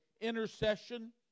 intercession